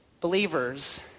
Believers